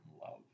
love